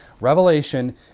Revelation